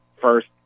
first